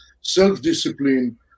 self-discipline